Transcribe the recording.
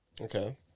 okay